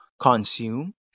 consume